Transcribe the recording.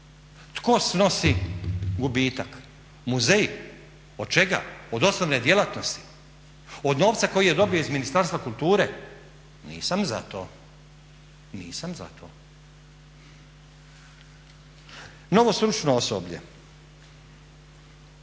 Tko snosi gubitak? Muzeji? Od čega, od osnovne djelatnosti, od novca koji je dobio iz Ministarstva kulture? Nisam za to. Nisam za to. Novo stručno osoblje.